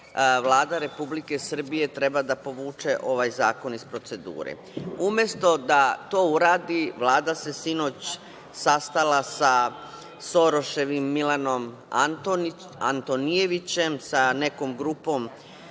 Vlada Republike Srbije treba da povuče ovaj zakon iz procedure. Umesto da to uradi, Vlada se sinoć sastala sa Soroševim Milanom Antonijevićem, sa nekom grupom